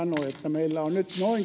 meillä on nyt